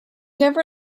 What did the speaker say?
never